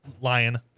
lion